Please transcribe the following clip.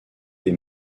des